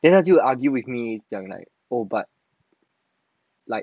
then then 他就 argue with me oh but like